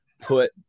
put